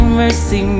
mercy